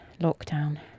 lockdown